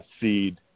seed